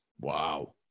Wow